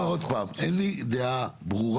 אני אומר עוד פעם, אין לי דעה ברורה.